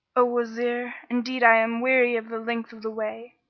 o wazir, indeed i am weary of the length of the way.